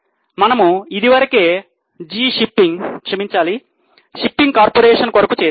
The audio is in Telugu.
మనము ఇదివరకే జి షిఫ్టింగ్ క్షమించాలి షిప్పింగ్ కార్పొరేషన్ కొరకు చేసాము